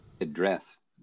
address